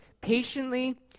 patiently